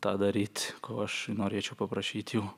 tą daryt ko aš norėčiau paprašyt jų